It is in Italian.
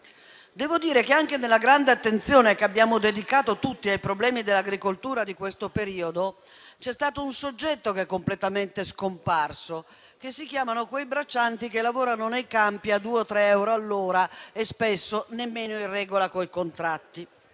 più povera. Anche nella grande attenzione che abbiamo dedicato tutti ai problemi dell'agricoltura in questo periodo, un soggetto è completamente scomparso: quei braccianti che lavorano nei campi a due o tre euro all'ora, spesso nemmeno in regola con i contratti.